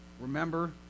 remember